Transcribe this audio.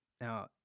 Now